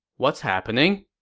what's happening?